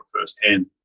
firsthand